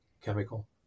chemical